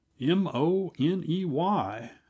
M-O-N-E-Y